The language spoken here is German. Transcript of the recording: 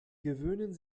gewöhnen